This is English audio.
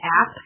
app